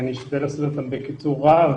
אני אשתדל להציג אותן בקיצור רב.